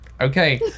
Okay